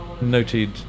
noted